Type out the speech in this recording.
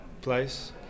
place